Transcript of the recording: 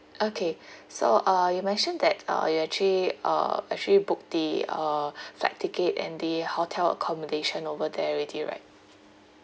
okay so uh you mentioned that uh you actually uh actually booked the uh flight ticket and the hotel accommodation over there already right